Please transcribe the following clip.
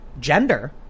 gender